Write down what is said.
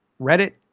Reddit